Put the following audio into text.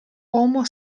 homo